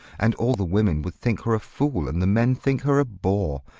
and all the women would think her a fool and the men think her a bore.